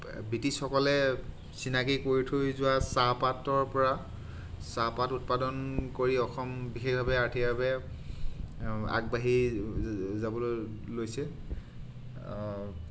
ব্ৰিটিছসকলে চিনাকি কৰি থৈ যোৱা চাহপাতৰ পৰা চাহপাত উৎপাদন কৰি অসম বিশেষভাৱে আৰ্থিকভাৱে আগবাঢ়ি যাবলৈ লৈছে